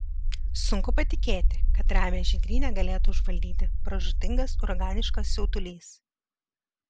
sunku patikėti kad ramią žydrynę galėtų užvaldyti pražūtingas uraganiškas siautulys